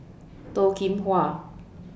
Toh Kim Hwa